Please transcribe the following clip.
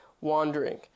wandering